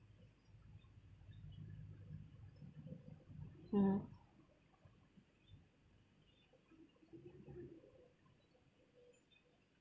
mm